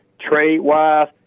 trade-wise